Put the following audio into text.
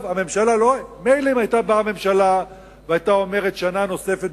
מילא היתה באה הממשלה ואומרת: שנה נוספת,